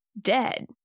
dead